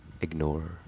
ignore